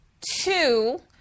two